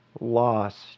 lost